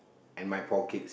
and my four kids